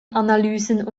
analysen